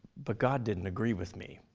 but god didn't agree with me.